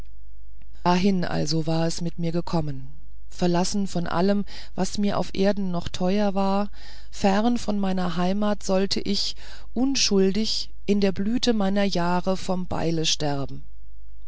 dahin also war es mit mir gekommen verlassen von allem was mir auf erden noch teuer war fern von meiner heimat sollte ich unschuldig in der blüte meiner jahre vom beile sterben